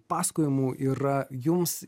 pasakojimų yra jums